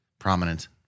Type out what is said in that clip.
Prominent